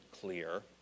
clear